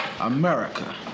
America